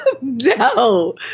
No